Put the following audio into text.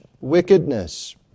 wickedness